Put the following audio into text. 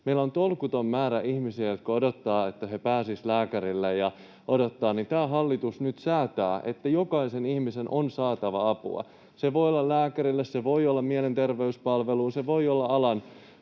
Meillä on tolkuton määrä ihmisiä, jotka odottavat, että he pääsisivät lääkärille, ja tämä hallitus nyt säätää, että jokaisen ihmisen on saatava apua — se voi olla lääkärille, se voi olla mielenterveyspalveluun, se voi olla alan